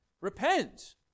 repent